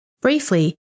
Briefly